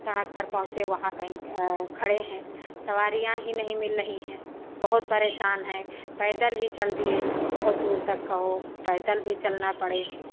सड़क पर पहुँचे वहाँ कहीं खड़े हैं सवारियाँ ही नहीं मिल रही हैं बहुत परेशान हैं पैदल ही चल दिए बहुत दूर तक का हो पैदल भी चलना पड़े